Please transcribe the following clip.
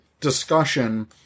discussion